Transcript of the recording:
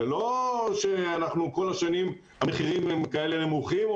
זה לא שכל השנים המחירים הם כאלה נמוכים או